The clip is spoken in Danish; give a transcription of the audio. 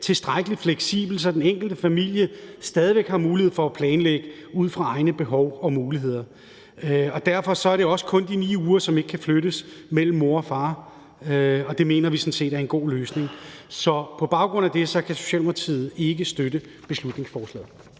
tilstrækkelig fleksibelt, så den enkelte familie stadig væk har mulighed for at planlægge ud fra egne behov og muligheder. Derfor er det også kun de 9 uger, som ikke kan flyttes mellem mor og far, og det mener vi sådan set er en god løsning. Så på baggrund af det kan Socialdemokratiet ikke støtte beslutningsforslaget.